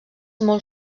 molt